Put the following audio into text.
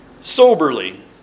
soberly